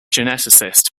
geneticist